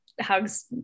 hugs